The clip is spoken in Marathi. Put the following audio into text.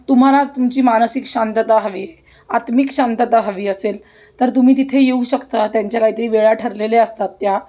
तुम्हाला तुमची मानसिक शांतता हवी आत्मिक शांतता हवी असेल तर तुम्ही तिथे येऊ शकता त्यांच्या काही तरी वेळा ठरलेल्या असतात त्या